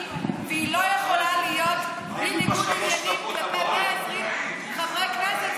והיא לא יכולה להיות בלי ניגוד עניינים כלפי 120 חברי כנסת,